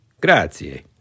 Grazie